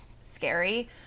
scary